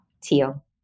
Teal